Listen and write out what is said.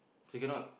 say cannot